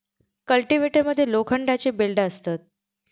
cultivator मध्ये लोखंडाची ब्लेडा असतत